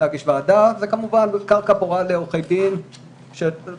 זאת כמובן קרקע פורייה לעורכי דין שדורשים